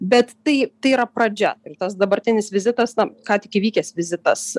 bet tai tai yra pradžia ir tas dabartinis vizitas na ką tik įvykęs vizitas